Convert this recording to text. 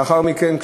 לאחר מכן,